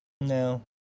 No